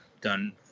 done –